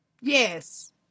Yes